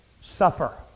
suffer